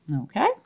Okay